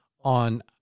on